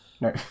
No